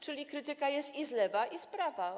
Czyli krytyka jest i z lewa, i z prawa.